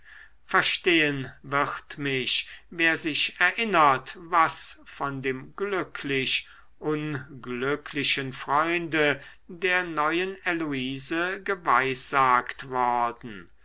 verstehen wird mich wer sich erinnert was von dem glücklich unglücklichen freunde der neuen heloise geweissagt worden